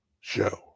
show